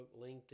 LinkedIn